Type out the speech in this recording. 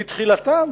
לתחילתם